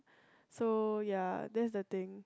so ya that's the thing